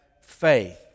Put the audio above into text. faith